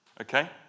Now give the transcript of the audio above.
Okay